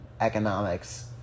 economics